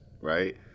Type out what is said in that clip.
Right